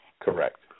correct